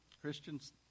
Christians